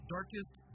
Darkest